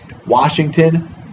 Washington